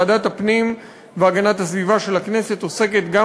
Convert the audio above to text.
ועדת הפנים והגנת הסביבה של הכנסת עוסקת גם